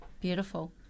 Beautiful